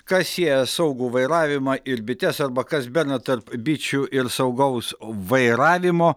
kas sieja saugų vairavimą ir bites arba kas bendra tarp bičių ir saugaus vairavimo